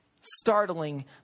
Startling